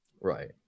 Right